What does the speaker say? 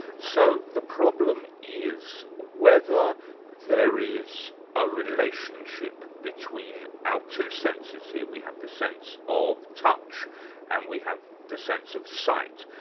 so the problem is whether there is a relationship between our two senses here, we have the sense of touch and we have the sense of sight,